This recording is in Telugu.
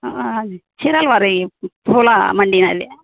చిరల్వారి పూలా మండియాలే